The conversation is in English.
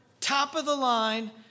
top-of-the-line